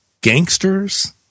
gangsters